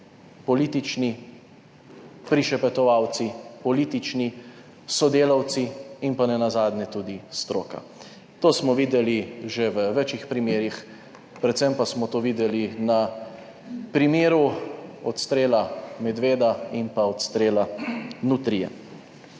politični prišepetovalci, politični sodelavci in pa nenazadnje tudi stroka. To smo videli že v večih primerih, predvsem pa smo to videli na primeru odstrela medveda in pa odstrela nutrije.